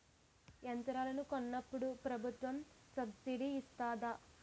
యంత్రాలను కొన్నప్పుడు ప్రభుత్వం సబ్ స్సిడీ ఇస్తాధా?